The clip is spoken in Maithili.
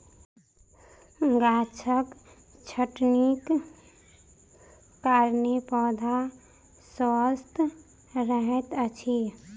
गाछक छटनीक कारणेँ पौधा स्वस्थ रहैत अछि